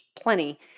plenty